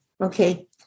Okay